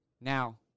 Now